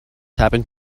happened